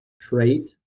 trait